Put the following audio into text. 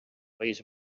país